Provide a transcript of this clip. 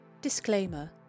Disclaimer